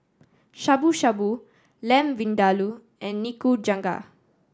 Shabu Shabu Lamb Vindaloo and Nikujaga